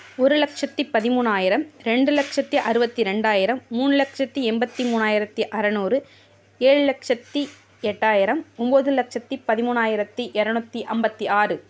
ஒரு லட்சத்து பதிமூணாயிரம் ரெண்டு லட்சத்து அறுபத்தி ரெண்டாயிரம் மூணு லட்சத்து எண்பத்தி மூணாயிரத்து அறுநூறு ஏழு லட்சத்து எட்டாயிரம் ஒம்பது லட்சத்து பதிமூணாயிரத்து இரநூத்தி ஐம்பத்தி ஆறு